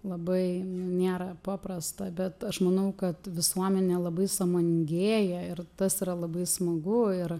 labai nėra paprasta bet aš manau kad visuomenė labai sąmoningėja ir tas yra labai smagu ir